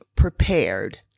prepared